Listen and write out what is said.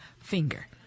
finger